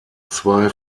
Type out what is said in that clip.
zwei